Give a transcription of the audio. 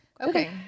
okay